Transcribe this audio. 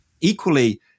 Equally